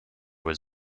was